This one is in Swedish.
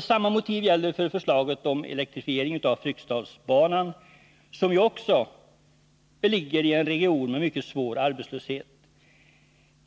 Samma motiv gäller för förslaget om elektrifiering av Fryksdalsbanan, som också ligger i en region med mycket svår arbetslöshet.